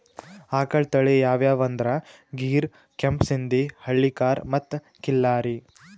ಆಕಳ್ ತಳಿ ಯಾವ್ಯಾವ್ ಅಂದ್ರ ಗೀರ್, ಕೆಂಪ್ ಸಿಂಧಿ, ಹಳ್ಳಿಕಾರ್ ಮತ್ತ್ ಖಿಲ್ಲಾರಿ